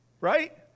right